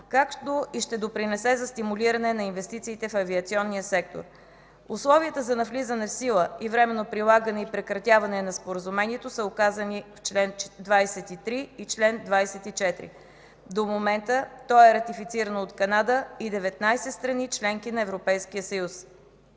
както и ще допринесе за стимулирането на инвестициите в авиационния сектор. Условията за влизане в сила и временно прилагане и прекратяване на Споразумението са указани в чл. 23 и чл. 24. До момента то е ратифицирано от Канада и 19 страни – членки на Европейския съюз.